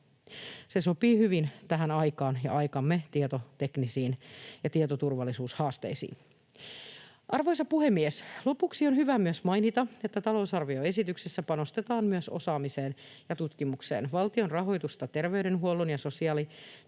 Se sopii hyvin tähän aikaan ja aikamme tietoteknisiin ja tietoturvallisuushaasteisiin. Arvoisa puhemies! Lopuksi on hyvä myös mainita, että talousarvioesityksessä panostetaan myös osaamiseen ja tutkimukseen. Valtion rahoitusta terveydenhuollon ja sosiaalityön